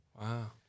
Wow